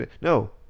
No